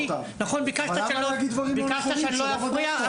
למה להגיד דברים לא נכונים שכשלא בדקת?